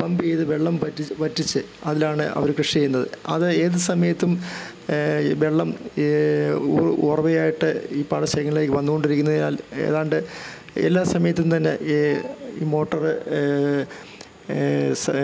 പമ്പെയ്ത് വെള്ളം വറ്റി വറ്റിച്ച് അതിലാണ് അവര് കൃഷിചെയ്യുന്നത് അത് ഏത് സമയത്തും വെള്ളം ഉ ഉറവയായ്ട്ട് ഈ പാടശേഖരങ്ങളിലേക്ക് വന്നുകൊണ്ടിരിക്കുന്നതിനാൽ ഏതാണ്ട് എല്ലാ സമയത്തും തന്നെ ഈ മോട്ടറ് സ്